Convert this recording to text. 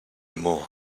more